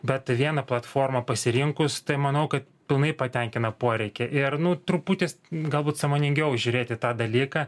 bet vieną platformą pasirinkus tai manau kad pilnai patenkina poreikį ir nu truputis galbūt sąmoningiau žiūrėt į tą dalyką